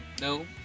no